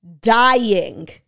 dying